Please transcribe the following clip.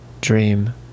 dream